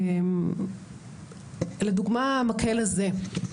המקל הזה.